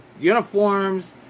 uniforms